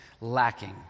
lacking